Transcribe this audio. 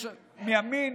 מימין,